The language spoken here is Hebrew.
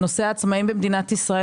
נושא העצמאים במדינת ישראל.